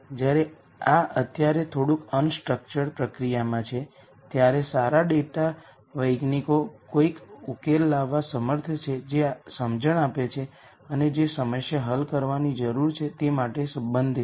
જ્યારે આ અત્યારે થોડુંક અંન્સ્ટ્રક્ચર્ડ પ્રક્રિયામાં છે ત્યારે સારા ડેટા વૈજ્ઞાનિકો કોઈ ઉકેલો લાવવા સમર્થ છે જે સમજણ આપે છે અને જે સમસ્યા હલ કરવાની જરૂર છે તે માટે તે સંબંધિત છે